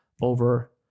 over